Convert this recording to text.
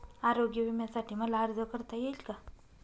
आरोग्य विम्यासाठी मला अर्ज करता येईल का?